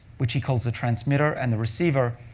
which he calls the transmitter, and the receiver,